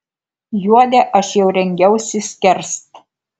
juodę aš jau rengiausi skerst